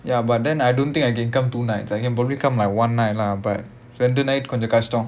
ya but then I don't think I can come two night I can probably come like one night lah but ரெண்டு:rendu night கொஞ்சம் கஷ்டம்:konjam kashtam